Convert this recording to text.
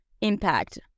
impact